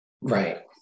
Right